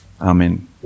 Amen